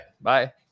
Bye